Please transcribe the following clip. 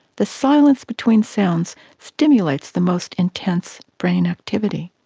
the silence between sounds stimulates the most intense brain activity.